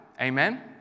Amen